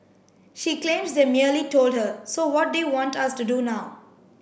she claims they merely told her so what they want us to do now